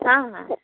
ହାଁ ହାଁ